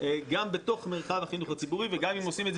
גם בתוך מרחב החינוך הציבורי וגם אם עושים את זה